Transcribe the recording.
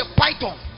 python